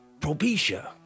Propecia